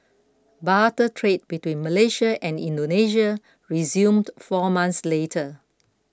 barter trade between Malaysia and Indonesia resumed four months later